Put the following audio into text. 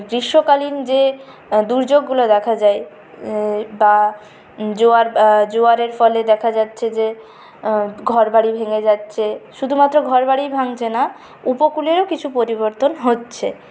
গি গ্রীষ্মকালীন যে দুর্যোগগুলো দেখা যায় বা জোয়ার জোয়ারের ফলে দেখা যাচ্ছে যে ঘরবাড়ি ভেঙে যাচ্ছে শুধুমাত্র ঘরবাড়িই ভাঙছে না উপকূলেরও কিছু পরিবর্তন হচ্ছে